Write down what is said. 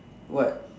what